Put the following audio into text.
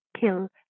kill